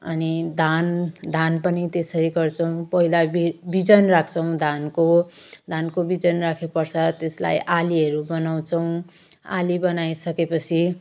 अनि धान धान पनि त्यसै गर्छौँ पहिला बि बिजन राख्छौँ धानको धानको बिजन राखेपश्चात त्यसलाई आलीहरू बनाउँछौँ आली बनाइसकेपछि